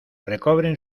recobren